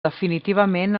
definitivament